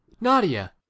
Nadia